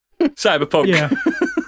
Cyberpunk